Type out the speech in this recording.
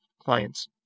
clients